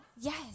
Yes